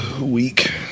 week